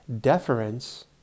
deference